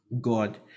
God